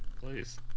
Please